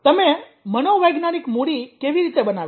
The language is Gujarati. તમે મનોવૈજ્ઞાનિક મૂડી કેવી રીતે બનાવી શકો